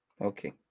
Okay